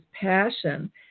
passion